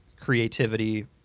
creativity